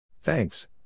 Thanks